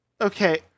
okay